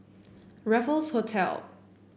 Raffles Hotel